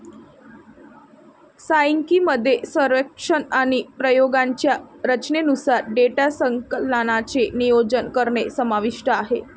सांख्यिकी मध्ये सर्वेक्षण आणि प्रयोगांच्या रचनेनुसार डेटा संकलनाचे नियोजन करणे समाविष्ट आहे